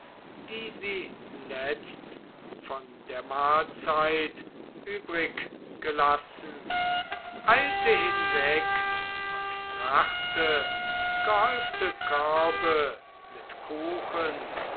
die sie letzt von der mahlzeit übrig gelassen eilte hinweg und brachte gehäufte körbe mit kuchen